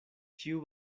ĉiu